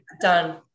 Done